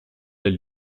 elle